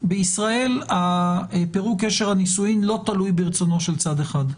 בישראל פירוק קשר הנישואין לא תלוי ברצונו של צד אחד.